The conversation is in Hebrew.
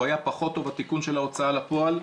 הוא היה פחות טוב התיקון של ההוצאה לפועל.